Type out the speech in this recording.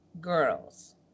girls